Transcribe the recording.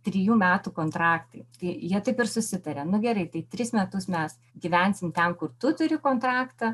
trijų metų kontraktai kai jie taip ir susitaria nu gerai tai tris metus mes gyvensim ten kur tu turi kontraktą